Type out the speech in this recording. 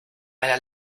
einer